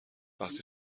وقتی